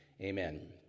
amen